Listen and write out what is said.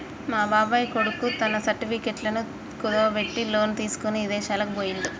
మా బాబాయ్ కొడుకు తన సర్టిఫికెట్లను కుదువబెట్టి లోను తీసుకొని ఇదేశాలకు బొయ్యిండు